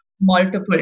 multiple